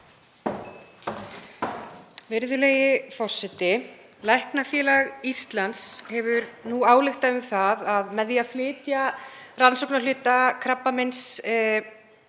Virðulegi forseti. Læknafélag Íslands hefur nú ályktað um það að með því að flytja rannsóknarhluta krabbameinsleitar